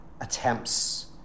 attempts